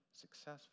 successful